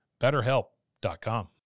BetterHelp.com